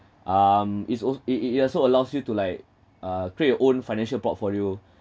um it's als~ it it also allows you to like uh create your own financial portfolio